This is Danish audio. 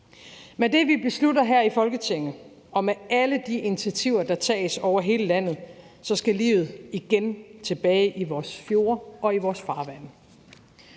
Med det, vi beslutter her i Folketinget, og med alle de initiativer, der tages over hele landet, skal livet igen tilbage i vores fjorde og i vores farvande.